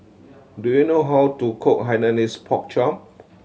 do you know how to cook Hainanese Pork Chop